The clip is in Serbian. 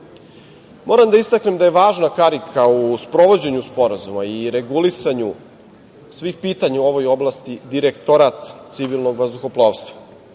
da istaknem da je važna karika u sprovođenju sporazuma i regulisanju svih pitanja u ovoj oblasti Direktorat civilnog vazduhoplovstva.